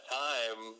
time